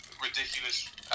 ridiculous